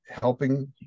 helping